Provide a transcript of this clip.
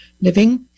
Living